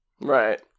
Right